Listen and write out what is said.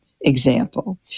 example